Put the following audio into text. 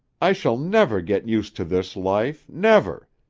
i shall never get used to this life, never.